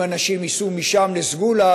אם אנשים ייסעו משם לסגולה,